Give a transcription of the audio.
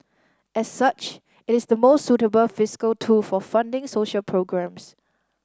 as such it is the most suitable fiscal tool for funding social programmes